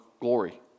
glory